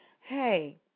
Hey